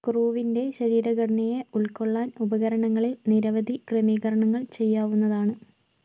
ക്രൂവിൻ്റെ ശരീരഘടനയെ ഉൾക്കൊള്ളാൻ ഉപകരണങ്ങളിൽ നിരവധി ക്രമീകരണങ്ങൾ ചെയ്യാവുന്നതാണ്